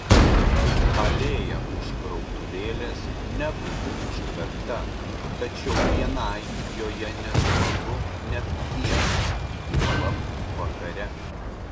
alėja už krautuvėlės nebuvo užtverta tačiau vienai joje nesmagu net dieną juolab vakare